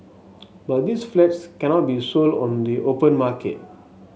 but these flats cannot be sold on the open market